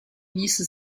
ließe